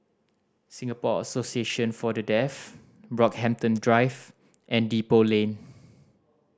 Singapore Association For The Deaf Brockhampton Drive and Depot Lane